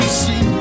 see